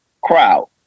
crowd